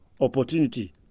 opportunity